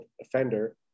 offender